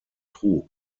trug